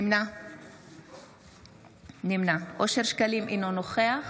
נמנע אושר שקלים, אינו נוכח